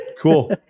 Cool